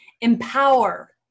empower